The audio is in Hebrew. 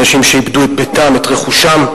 אנשים שאיבדו את ביתם ואת רכושם.